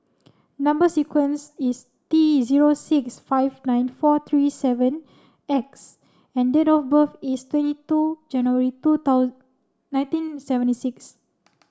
number sequence is T zero six five nine four three seven X and date of birth is twenty two January two nineteen seventy six